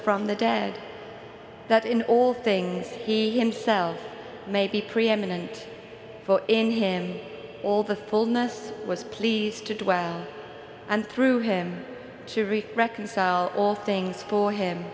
from the dead that in all things he himself may be preeminent in him all the fullness was pleased to dwell and through him to wreak reconcile all things for him